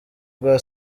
rwa